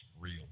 real